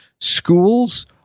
schools